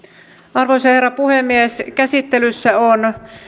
arvoisa herra puhemies käsittelyssä on